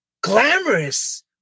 glamorous